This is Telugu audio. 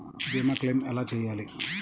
భీమ క్లెయిం ఎలా చేయాలి?